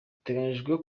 biteganyijwe